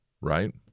right